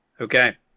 Okay